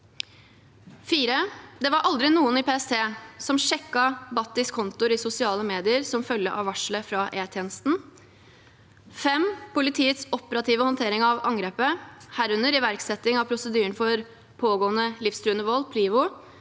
4. Det var aldri noen i PST som sjekket Bhattis kontoer i sosiale medier som følge av varselet fra E-tjenesten. 5. Politiets operative håndtering av angrepet, herunder iverksetting av prosedyren for pågående livstruende vold, PLIVO,